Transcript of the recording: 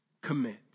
Commit